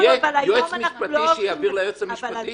יהיה יועץ משפטי שיעביר ליועץ משפטי?